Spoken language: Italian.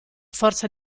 forza